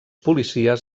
policies